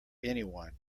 anyone